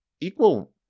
equal